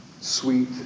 Sweet